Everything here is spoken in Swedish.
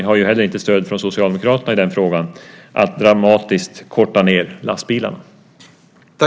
Ni har ju inte heller stöd från Socialdemokraterna när det gäller att dramatiskt korta ned lastbilarna.